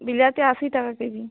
বিলাতি আশি টাকা কেজি